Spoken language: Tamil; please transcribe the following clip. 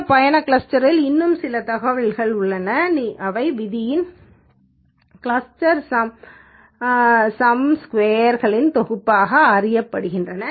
இந்த பயணக் கிளஸ்டரில் இன்னும் சில தகவல்கள் உள்ளன அவை விதின் கிளஸ்டர் சம்மீன் ஸ்கொயர்களின் தொகுப்பாக அறியப்படுகின்றன